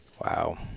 Wow